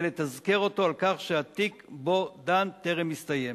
לתזכר אותו על כך שהתיק שבו הוא דן טרם הסתיים.